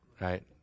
Right